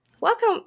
Welcome